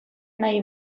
nahi